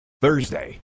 thursday